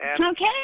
Okay